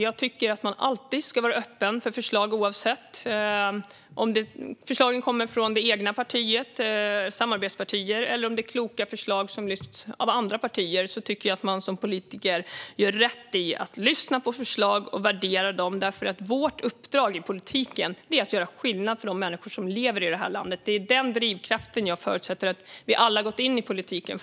Jag tycker att man alltid ska vara öppen för förslag oavsett om de kommer från det egna partiet eller från samarbetspartier. Det kan också vara kloka förslag som lyfts fram av andra partier. Jag tycker att man som politiker gör rätt i att lyssna på förslag och värdera dem. Vårt uppdrag i politiken är att göra skillnad för de människor som lever i det här landet. Det är på grund av den drivkraften jag förutsätter att vi alla har gått in i politiken.